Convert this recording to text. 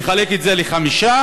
לחלק את זה לחמישה,